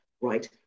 right